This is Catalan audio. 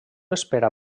espera